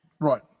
right